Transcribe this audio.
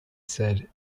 said